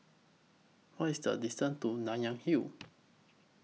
What IS The distance to Nanyang Hill